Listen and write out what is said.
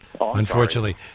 unfortunately